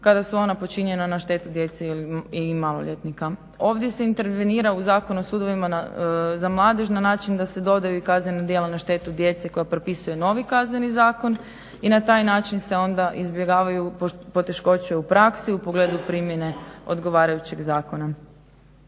kada su ona počinjena na štetu djece i maloljetnika. Ovdje se intervenira u Zakon o sudovima za mladež na način da se dodaju i kaznena djela na štetu djece koja propisuje novi Kazneni zakon i na taj način se onda izbjegavaju poteškoće u praksi u pogledu primjene odgovarajućeg zakona.